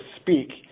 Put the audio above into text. speak